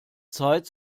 zeit